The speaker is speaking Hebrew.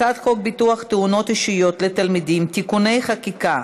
את הצעת חוק ביטוח תאונות אישיות לתלמידים (תיקוני חקיקה),